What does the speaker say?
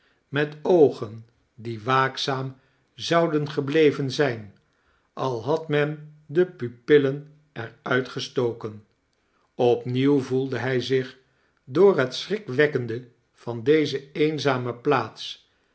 met oogen die waakzaam zouden gebleven zijn al had men de pupillen er uitgestoken opnieuw voelde hij zich door het schrikverwekkende van deze eenzame plaats